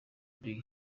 dre